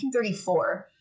1934